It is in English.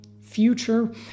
future